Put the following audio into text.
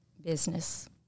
business